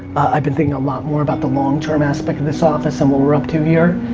i've been thinking a lot more about the long-term aspect of this office, and what we're up to here.